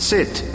Sit